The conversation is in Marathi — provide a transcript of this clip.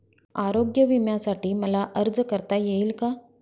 आरोग्य विम्यासाठी मला अर्ज करता येईल का?